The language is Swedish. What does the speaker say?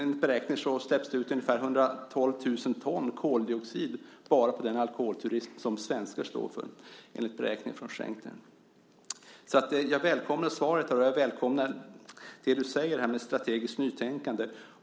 Enligt beräkningar från Schenker släpps det ut ungefär 112 000 ton koldioxid bara på den alkoholturism som svenskar står för. Jag välkomnar alltså svaret och det du säger om ett strategiskt nytänkande.